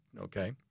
okay